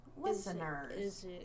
Listeners